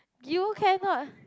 you cannot